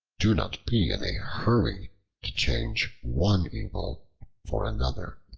do not be in a hurry to change one evil for another.